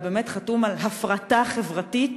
אבל הוא חתום על "הפרטה חברתית"